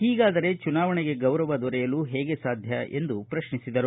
ಹೀಗಾದರೆ ಚುನಾವಣೆಗೆ ಗೌರವ ದೊರೆಯಲು ಹೇಗೆ ಸಾಧ್ಯ ಎಂದು ಪ್ರಶ್ನಿಸಿದರು